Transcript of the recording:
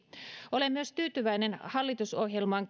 olen tyytyväinen myös hallitusohjelmaan